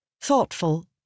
thoughtful